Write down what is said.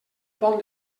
pont